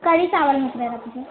कढ़ी चांवर मोकिले रखिजो